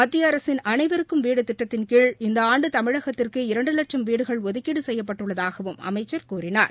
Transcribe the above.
மத்திய அரசின் அனைவருக்கும் வீடு திட்டத்தின்கீழ் இந்த ஆண்டு தமிழகத்திற்கு இரண்டு லட்சம் வீடுகள் ஒதுக்கீடு செய்யப்பட்டுள்ளதாகவும் அமைச்சர் கூறினார்